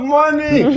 money